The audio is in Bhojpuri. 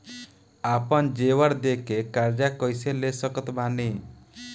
आपन जेवर दे के कर्जा कइसे ले सकत बानी?